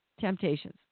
temptations